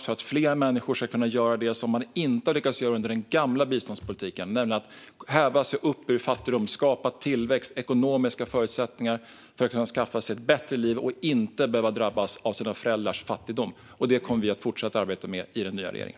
för att fler människor ska kunna göra det som de inte har lyckats göra under den gamla biståndspolitiken, nämligen häva sig upp ur fattigdom och skapa tillväxt och ekonomiska förutsättningar för att kunna skaffa sig ett bättre liv och inte behöva drabbas av sina föräldrars fattigdom. Det kommer vi att fortsätta arbeta med i den nya regeringen.